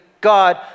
God